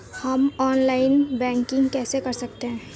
हम online banking कैसे कर सकते हैं?